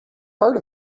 part